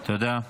תודה.